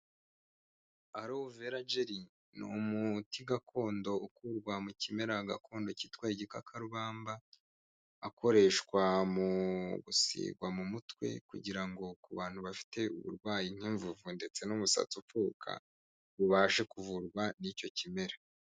Arowu vera geri ni umuti gakondo ukurwa mu kimera gakondo cyitwa igikakarubamba, akoreshwa mu gusigwa mu mutwe, kugira ngo ku bantu bafite uburwayi nk'imvuvu ndetse n'umusatsi upfuka, ubashe kuvurwa n'icyo kimera.